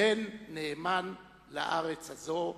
בן נאמן לארץ הזו.